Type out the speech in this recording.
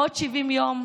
בעוד 70 יום,